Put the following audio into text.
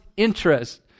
interest